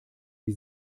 sie